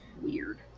weird